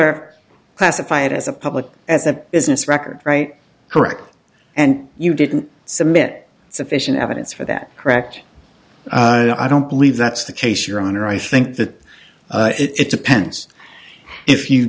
ar classify it as a public as a business record right correct and you didn't submit sufficient evidence for that correct i don't believe that's the case your honor i think that it depends if you